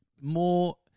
more